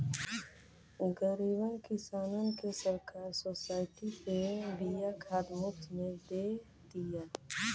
गरीब किसानन के सरकार सोसाइटी पे बिया खाद मुफ्त में दे तिया